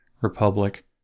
republic